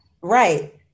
Right